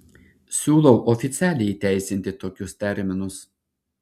siūlau oficialiai įteisinti tokius terminus